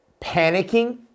panicking